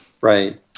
Right